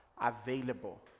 available